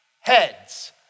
heads